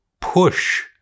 push